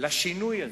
לשינוי הזה?